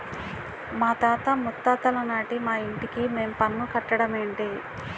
మాతాత ముత్తాతలనాటి మా ఇంటికి మేం పన్ను కట్టడ మేటి